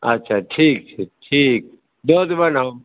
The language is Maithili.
अच्छा ठीक छै ठीक दऽ देबनि हम